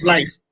Life